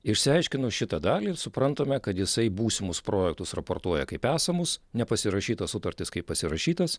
išsiaiškinu šitą dalį ir suprantame kad jisai būsimus projektus raportuoja kaip esamus nepasirašytas sutartis kaip pasirašytas